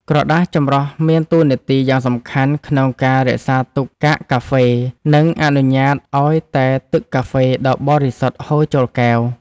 ក្រដាសចម្រោះមានតួនាទីយ៉ាងសំខាន់ក្នុងការរក្សាទុកកាកកាហ្វេ និងអនុញ្ញាតឱ្យតែទឹកកាហ្វេដ៏បរិសុទ្ធហូរចូលកែវ។